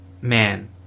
man